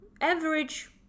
average